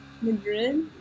Madrid